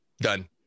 Done